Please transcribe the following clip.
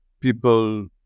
people